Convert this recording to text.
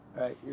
right